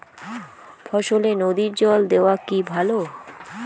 ফসলে নদীর জল দেওয়া কি ভাল?